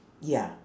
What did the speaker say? ya